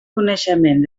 coneixement